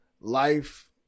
life